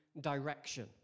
direction